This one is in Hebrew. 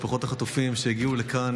משפחות החטופים שהגיעו לכאן,